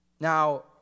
Now